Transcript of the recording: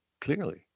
clearly